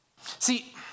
See